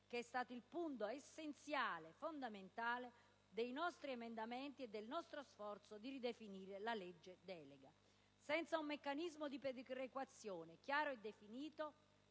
che è stato il punto essenziale dei nostri emendamenti e del nostro sforzo di ridefinire la legge delega. Senza un meccanismo di perequazione chiaro e definito,